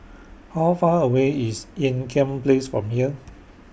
How Far away IS Ean Kiam Place from here